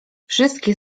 wszystkie